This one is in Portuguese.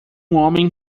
homem